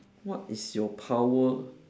what is your power